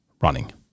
running